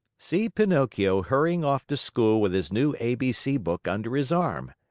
see pinocchio hurrying off to school with his new a b c book under his arm!